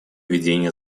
ведения